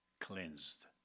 cleansed